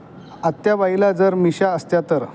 आत्याबाईला जर मिशा असत्या तर